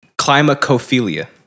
Climacophilia